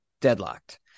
deadlocked